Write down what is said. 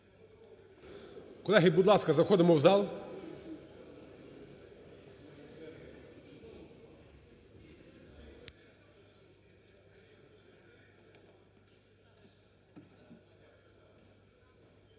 Колеги, будь ласка, заходимо в зал.